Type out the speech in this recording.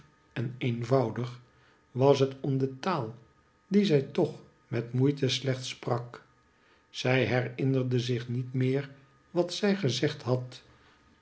en eenvoudig was het om de taal die zij toch met moeite slechts sprak zij herinnerde zich niet meer wit zij gezegd had